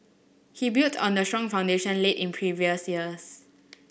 he built on the strong foundation laid in previous years